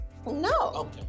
No